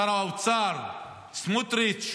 שר האוצר סמוטריץ'